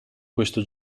questo